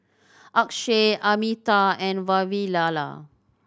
Akshay Amitabh and Vavilala